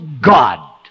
God